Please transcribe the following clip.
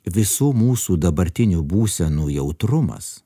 visų mūsų dabartinių būsenų jautrumas